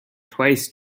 twice